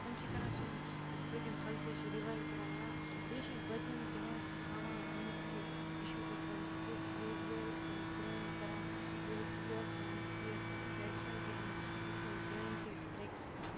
تِم چھِ کران سون یُس پٔتِم کَلچَر چھِ رِوایِو کَران یا بیٚیہِ چھِ أسۍ بَچَن دِوان تھاوان ؤنِتھ کہِ یہِ چھُو تۄہہِ کَرُن تِکیٛازِکہِ یو یہِ ٲسۍ سٲنۍ پرٛٲنۍ کَران یہِ ٲسۍ یہِ اوس سٲںۍ یہِ ٲسۍ سٲنۍ ٹرٛٮ۪ڈِشنَل گیم یُس سٲنۍ پرٛٲنۍ تہِ ٲسۍ پرٛیٚکٹِس کَران